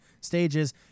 stages